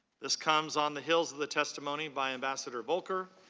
this comes on the heels of the testimony by ambassador volker